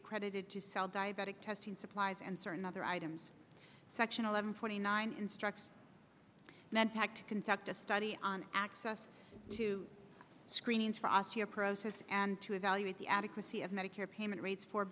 credited to sell diabetic testing supplies and certain other items section eleven forty nine instructs men pack to conduct a study on access to screenings for osteoporosis and to evaluate the adequacy of medicare payment rates for